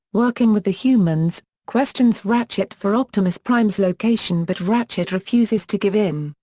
working with the humans, questions ratchet for optimus prime's location but ratchet refuses to give in,